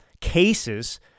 cases